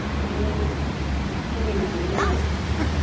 बिदिनो सोलिनानै दं आरो दा